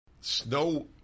Snow